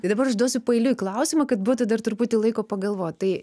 tai dabar užduosiu paeiliui klausimą kad būtų dar truputį laiko pagalvot tai